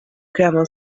camel